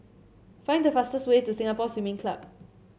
find the fastest way to Singapore Swimming Club